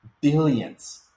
billions